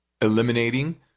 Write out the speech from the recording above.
eliminating